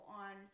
on